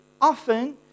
often